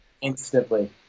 Instantly